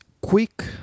quick